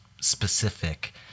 specific